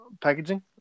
packaging